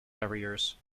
barriers